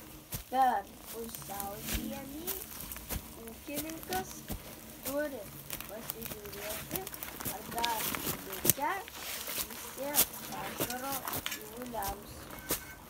per pusiaužiemį ūkininkas turi pasižiūrėti ar dar likę pusė pašaro gyvuliams